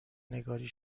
نگاری